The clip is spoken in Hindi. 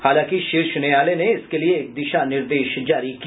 हालांकि शीर्ष न्यायालय ने इसके लिए एक दिशा निर्देश जारी किया